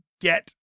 get